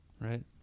Right